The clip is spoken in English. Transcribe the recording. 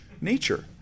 nature